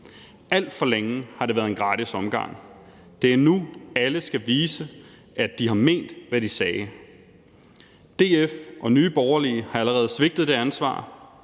Alt for længe har det været en gratis omgang. Det er nu, alle skal vise, at de har ment, hvad de sagde. DF og Nye Borgerlige har allerede svigtet det ansvar.